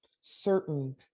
certain